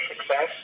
success